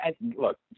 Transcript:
Look